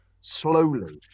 slowly